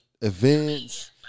events